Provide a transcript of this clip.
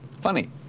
Funny